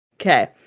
Okay